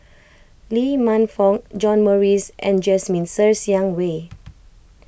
Lee Man Fong John Morrice and Jasmine Sers Xiang Wei